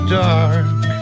dark